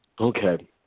Okay